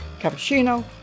cappuccino